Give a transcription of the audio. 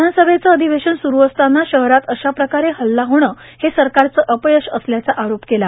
विधानसभेचं अधिवेशन स्रू असतांना शहरात अशा प्रकारे हल्ला होणे हे सरकारचं अपयश असल्याचा अरोप केला